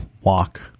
walk